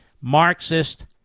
Marxist